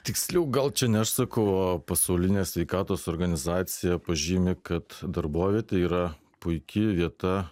tiksliau gal čia ne aš sakau o pasaulinės sveikatos organizacija pažymi kad darbovietė yra puiki vieta